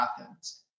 Athens